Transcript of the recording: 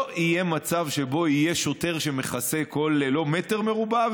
לא יהיה מצב שבו יהיה שוטר שמכסה כל מטר מרובע,